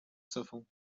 sofą